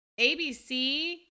ABC